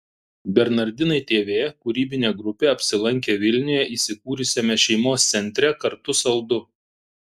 bernardinai tv kūrybinė grupė apsilankė vilniuje įsikūrusiame šeimos centre kartu saldu